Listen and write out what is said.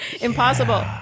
impossible